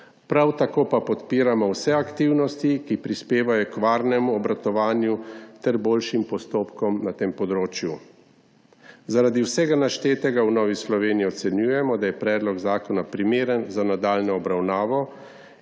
Prav tako pa podpiramo vse aktivnosti, ki prispevajo k varnemu obratovanju ter boljšim postopkom na tem področju. Zaradi vsega naštetega v Novi Sloveniji ocenjujemo, da je predlog zakona primeren za nadaljnjo obravnavo